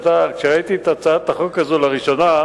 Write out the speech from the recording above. כשראיתי את הצעת החוק הזאת לראשונה,